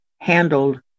handled